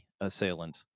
assailant